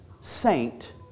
saint